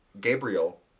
Gabriel